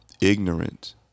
ignorant